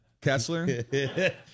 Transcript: Kessler